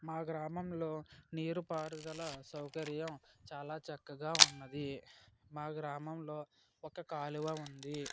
మా గ్రామంలో నీరు పారుదల సౌకర్యం చాలా చక్కగా ఉన్నది మా గ్రామంలో ఒక కాలువ ఉంది